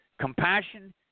Compassion